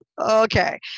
okay